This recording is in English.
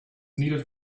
needed